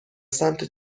سمت